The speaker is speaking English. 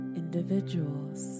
individuals